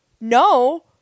no